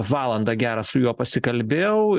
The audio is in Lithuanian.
valandą gerą su juo pasikalbėjau